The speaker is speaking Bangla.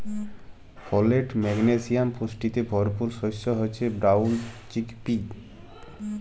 ফলেট, ম্যাগলেসিয়াম পুষ্টিতে ভরপুর শস্য হচ্যে ব্রাউল চিকপি